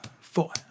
four